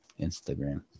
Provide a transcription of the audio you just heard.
Instagram